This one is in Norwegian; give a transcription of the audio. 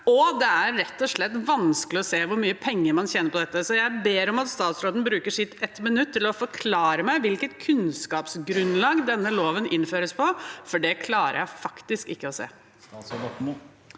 og det er rett og slett vanskelig å se hvor mye penger man tjener på dette. Så jeg ber om at statsråden bruker ett minutt til å forklare meg hvilket kunnskapsgrunnlag denne loven innføres på, for det klarer jeg faktisk ikke å se.